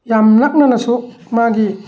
ꯌꯥꯝ ꯂꯥꯞꯅꯅꯁꯨ ꯃꯥꯒꯤ